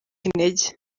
intege